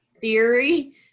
theory